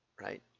right